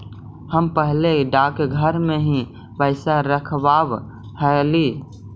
हम पहले डाकघर में ही पैसा रखवाव हली